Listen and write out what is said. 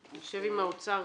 אני אשב עם האוצר.